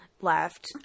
left